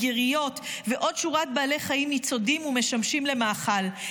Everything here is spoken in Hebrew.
גיריות ועוד שורת בעלי חיים ניצודים ומשמשים למאכל.